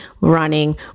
running